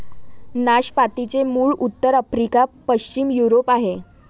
नाशपातीचे मूळ उत्तर आफ्रिका, पश्चिम युरोप आहे